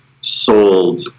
sold